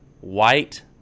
white